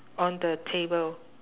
on the table